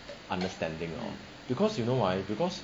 understanding lor because you know why because